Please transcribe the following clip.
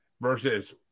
versus